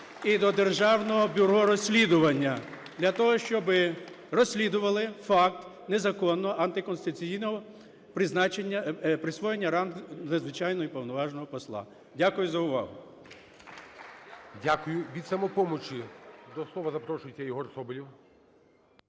і до Державного бюро розслідування для того, щоб розслідували факт незаконного антиконституційного призначення, присвоєння рангу Надзвичайного і Повноважного Посла. Дякую за увагу.